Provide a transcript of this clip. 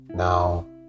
Now